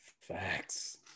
Facts